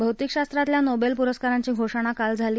भौतिक शास्त्रातल्या नोबद्वीपुरस्कारांची घोषणा काल झाली